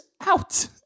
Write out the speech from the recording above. out